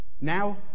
now